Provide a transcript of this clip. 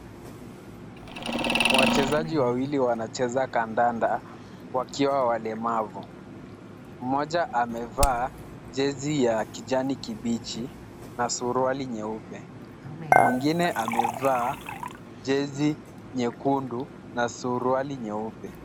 Wachezaji wawili wanacheza kandanda wakiwa walemavu. Mmoja amevaa jezi ya kijani kibichi na suruali nyeupe. Mwingine amevaa jezi nyekundu na suruali nyeupe.